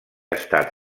estat